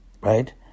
right